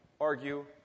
argue